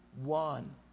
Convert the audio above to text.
one